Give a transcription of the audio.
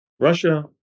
Russia